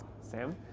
Sam